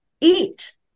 eat